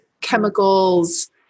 chemicals